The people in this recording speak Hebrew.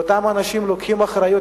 ואותם אנשים לוקחים אחריות,